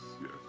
Yes